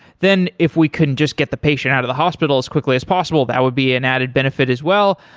then if we couldn't just get the patient out of the hospital as quickly as possible, that would be an added benefit as well.